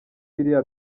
biriya